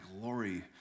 glory